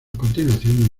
continuación